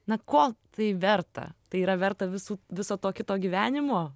na ko tai verta tai yra verta visų viso to kito gyvenimo